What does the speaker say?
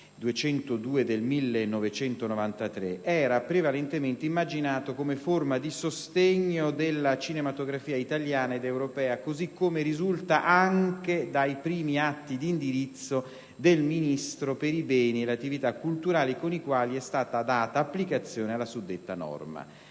n. 202 del 1993 era prevalentemente immaginato come forma di sostegno della cinematografia italiana ed europea così come risulta anche dai primi atti di indirizzo del Ministro per i beni e le attività culturali con i quali è stata data applicazione alla suddetta norma.